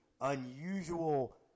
unusual